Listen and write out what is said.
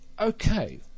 okay